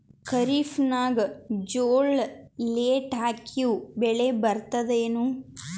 ಖರೀಫ್ ನಾಗ ಜೋಳ ಲೇಟ್ ಹಾಕಿವ ಬೆಳೆ ಬರತದ ಏನು?